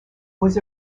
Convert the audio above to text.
was